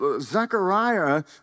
Zechariah